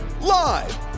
Live